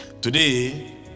today